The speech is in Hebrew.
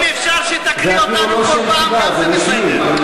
זה אפילו לא שם חיבה, זה בפנים,